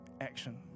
action